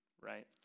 right